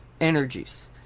energies